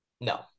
No